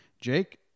Jake